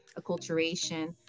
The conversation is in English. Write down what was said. acculturation